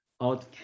out